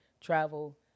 travel